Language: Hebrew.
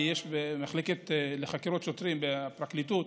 במחלקה לחקירות שוטרים ובפרקליטות,